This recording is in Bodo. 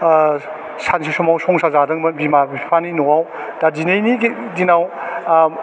ओह सानसे समाव संसार जादोंमोन बिमा बिफानि न'वाव दा दिनैनि दिनाव आह